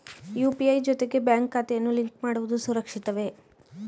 UPI ಜೊತೆಗೆ bank ಖಾತೆಯನ್ನು link ಮಾಡುವುದು ಸುರಕ್ಷಿತವೇ?